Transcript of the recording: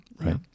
right